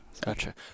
gotcha